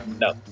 no